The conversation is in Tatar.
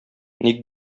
ник